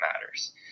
matters